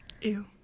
Ew